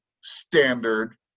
standard